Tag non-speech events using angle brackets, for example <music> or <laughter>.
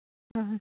<unintelligible>